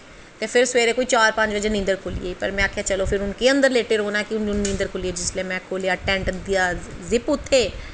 ते फिर सवेरै कोई चार पंज बजे नींदर खुल्ली गेई पर फिर में आखेआ केह् अंदर लेटे रौह्ना ऐ नींदर खुल्ली में खोह्लेआ जिसलै टैंट ते जिप्प उत्थै